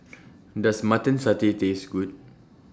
Does Mutton Satay Taste Good